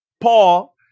Paul